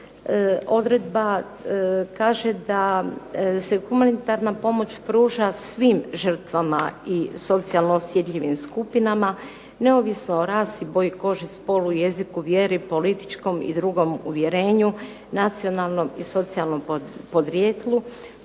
Odredba kaže da se humanitarna pomoć pruža svim žrtvama i socijalno osjetljivim skupinama, neovisno o rasi, boji kože, spolu, jeziku, vjeri, političkom i drugom uvjerenju, nacionalnom i socijalnom podrijetlu,